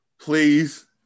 Please